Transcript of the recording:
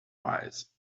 wise